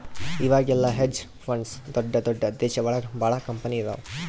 ಇವಾಗೆಲ್ಲ hedge funds ದೊಡ್ದ ದೊಡ್ದ ದೇಶ ಒಳಗ ಭಾಳ ಕಂಪನಿ ಇದಾವ